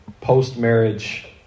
post-marriage